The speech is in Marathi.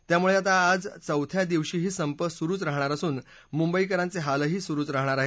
त्यामुळे आता आज चौथ्या दिवशीही संप सुरूच राहणार असून मुंबईकरांचे हालही सुरूच राहणार आहेत